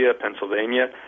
Pennsylvania